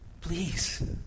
please